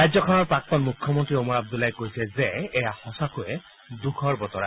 ৰাজ্যখনৰ প্ৰাক্তন মুখ্যমন্ত্ৰী ওমৰ আব্দুল্লাই কৈছে যে এয়া সঁচাকৈয়ে দুখৰ বতৰা